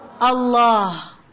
Allah